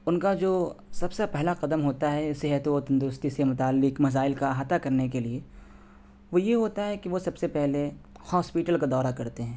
ان کا جو سب سے پہلا قدم ہوتا ہے صحت و تندرسی سے متعلق مسائل کا احاطہ کرنے کے لیے وہ یہ ہوتا ہے کہ وہ سب سے پہلے ہوسپٹل کا دورہ کرتے ہیں